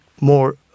more